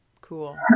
Cool